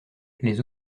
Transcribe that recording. les